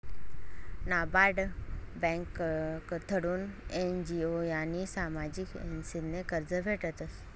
नाबार्ड ब्यांककडथून एन.जी.ओ आनी सामाजिक एजन्सीसले कर्ज भेटस